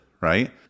Right